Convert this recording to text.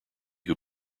who